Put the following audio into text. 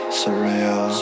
surreal